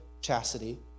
chastity